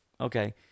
Okay